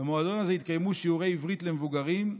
במועדון הזה התקיימו שיעורי עברית למבוגרים,